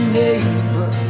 neighbor